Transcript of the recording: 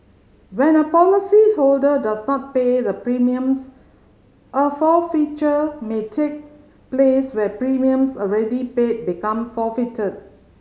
when a policyholder does not pay the premiums a forfeiture may take place where premiums already paid become forfeited